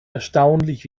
erstaunlich